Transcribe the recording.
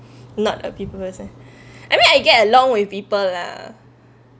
not a people person I mean I get along with people lah